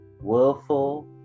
willful